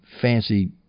fancy